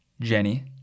Jenny